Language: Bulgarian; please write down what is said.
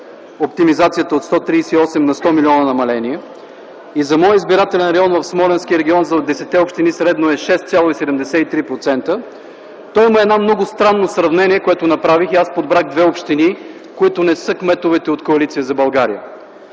оптимизацията от 138 на 100 милиона намаление и за моя избирателен район в Смолянски регион за 10-те общини средно е 6,73%, то има едно много странно сравнение, което направих, и аз подбрах две общини, от които кметовете не са от Коалиция за България.